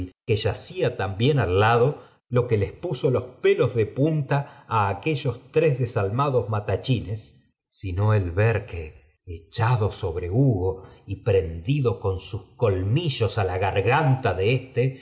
que yacía también al lado lo b tque les puso los pelos de punta á aquellos tres bf desalmados matachines sino el ver que echado bre hugo y prendido con sus colmillos á la garganta de éste